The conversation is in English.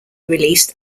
released